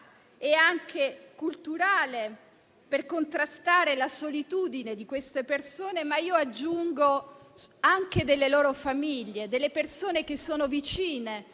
e anche culturale per contrastare la solitudine di quelle persone, ma - aggiungo - anche delle loro famiglie, delle persone che sono vicine